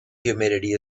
humidity